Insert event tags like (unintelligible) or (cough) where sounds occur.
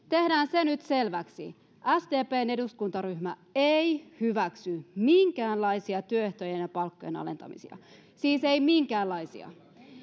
(unintelligible) tehdään se nyt selväksi sdpn eduskuntaryhmä ei hyväksy minkäänlaisia työehtojen ja palkkojen alentamisia siis ei minkäänlaisia